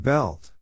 Belt